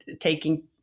taking